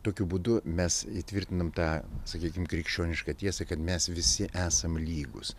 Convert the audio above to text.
tokiu būdu mes įtvirtinam tą sakykim krikščionišką tiesą kad mes visi esam lygūs